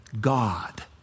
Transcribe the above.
God